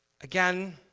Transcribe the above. Again